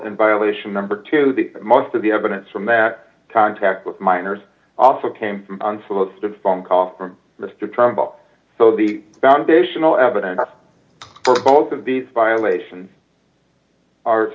in violation number two the most of the evidence from that contact with minors also came unsolicited phone call from mr trump so the foundational evidence for both of these violations ar